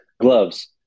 Gloves